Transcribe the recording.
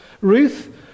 Ruth